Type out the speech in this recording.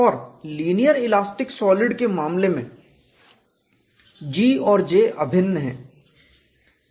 और linear elastic solid के मामले में G और J अभिन्न हैं